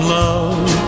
love